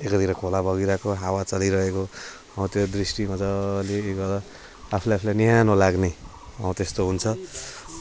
धिरै धिरे खोला बगिरहेको हावा चलिरहेको हो त्यो दृष्टि मजाले अब आफूले आफूलाई न्यानो लाग्ने हो त्यस्तो हुन्छ